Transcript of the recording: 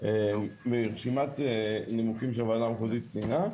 מרשימת נימוקים שהוועדה המחוזית ציינה,